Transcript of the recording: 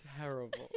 terrible